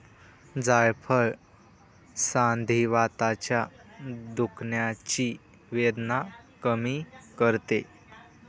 जायफळ संधिवाताच्या दुखण्याची वेदना कमी करते